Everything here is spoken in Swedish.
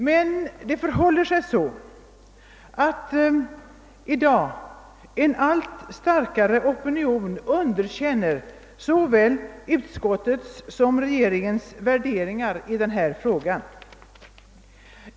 Men det förhåller sig så, att i dag en allt starkare opinion underkänner såväl utskottets som regeringens värderingar i denna fråga.